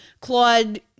Claude